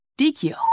DQ